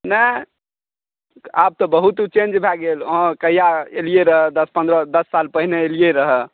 नहि आब तऽ बहुत चेँज भए गेल अहाँ कहिआ एलियै रहए दस पन्द्रह साल पहिने एलियै रहए